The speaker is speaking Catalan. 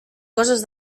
coses